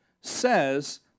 says